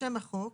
בשם החוק,